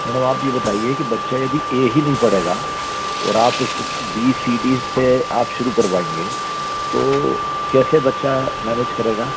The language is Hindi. मैडम आप ये बताइए कि बच्चा यदि यही नहीं पढ़ेगा और आप उसको बी सी डी से आप शुरू करवाएंगे तो कैसे बच्चा मैनेज करेगा